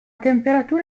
temperatura